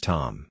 Tom